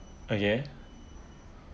okay